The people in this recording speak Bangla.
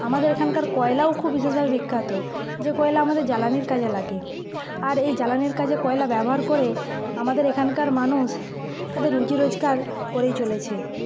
আমাদের এখানকার কয়লাও খুব বিশেষভাবে বিখ্যাত যে কয়লা আমাদের জ্বালানির কাজে লাগে আর এই জ্বালানির কাজে কয়লা ব্যবহার করে আমাদের এখানকার মানুষ তাদের রুজি রোজগার করেই চলেছে